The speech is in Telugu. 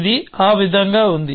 ఇది ఆ విధంగా ఉంది